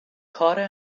کار